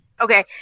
okay